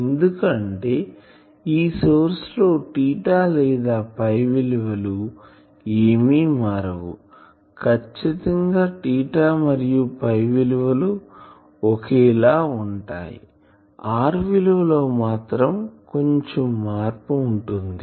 ఎందుకంటే ఈ సోర్స్ లో లేదా విలువలు ఏమి మారవు ఖచ్చితంగా మరియు విలువలు ఒకే లా ఉంటాయి r విలువలో మాత్రం కొంచెం మార్పు ఉంటుంది